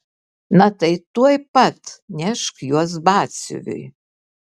na tai tuoj pat nešk juos batsiuviui